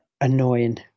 annoying